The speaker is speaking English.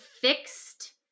fixed